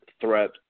threat